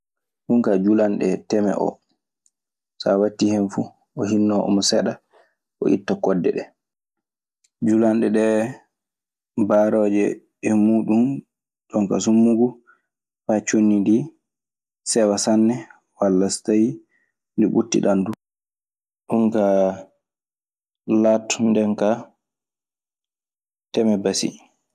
Ɗum kaa julanɗe teme oo sa a wattii hen fuu oo hinnoo omo seɗa, oo itta kodde ɗee. Julanɗe ɗee baarooje e muuɗun. Jon kaa so mugu faa conndi ndii sewa sanne walla so tawii ndi ɓuttiɗan du. Ɗun kaa laatoto nden kaa teme basi.